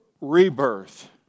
rebirth